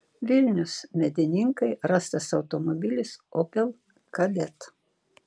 vilnius medininkai rastas automobilis opel kadett